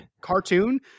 cartoon